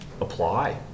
apply